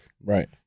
right